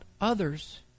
others